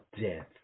death